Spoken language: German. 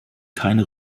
keine